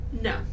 No